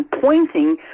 pointing